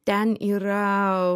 ten yra